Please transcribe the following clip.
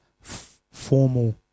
formal